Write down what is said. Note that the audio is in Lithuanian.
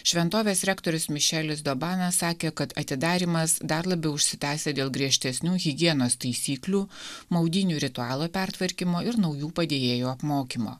šventovės rektorius mišelis dorbane sakė kad atidarymas dar labiau užsitęsė dėl griežtesnių higienos taisyklių maudynių ritualo pertvarkymo ir naujų padėjėjų apmokymo